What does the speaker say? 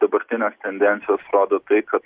dabartinės tendencijos rodo tai kad